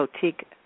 boutique